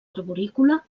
arborícola